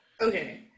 Okay